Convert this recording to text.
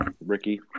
Ricky